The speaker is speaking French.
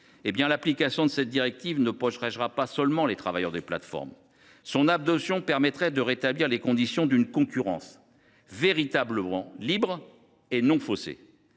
L’application de cette directive ne protégera pas seulement les travailleurs des plateformes. Son adoption permettra aussi de rétablir les conditions d’une concurrence véritablement libre et non faussée.